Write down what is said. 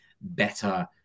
better